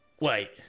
Wait